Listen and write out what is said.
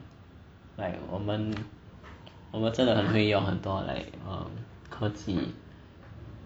like 我们我们真的很会用很多 like um 科技